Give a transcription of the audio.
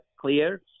clear